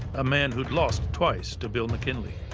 a man who'd lost twice to bill mckinley.